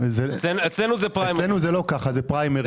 אצלנו זה לא כך, זה פריימריז.